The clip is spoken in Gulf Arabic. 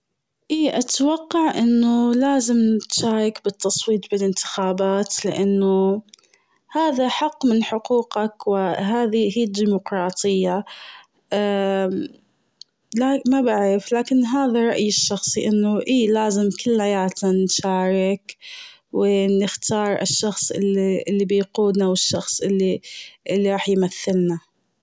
اي اتوقع انه لازم تشارك بالتصويت بالانتخابات، لأنه هذا حق من حقوقك و هذه هي الديموقراطية. لكن ما بعرف لكن هذا رأيي الشخصي إنه آيه لازم كلياتنا نشارك نختار الشخص اللي بيقودنا و الشخص اللي- اللي راح يمثلنا.